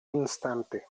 instante